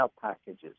packages